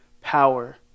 power